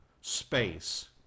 space